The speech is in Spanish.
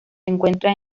encuentra